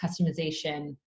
customization